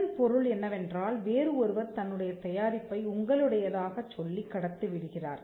இதன் பொருள் என்னவென்றால் வேறு ஒருவர் தன்னுடைய தயாரிப்பை உங்களுடையதாகச் சொல்லிக் கடத்தி விடுகிறார்